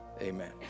amen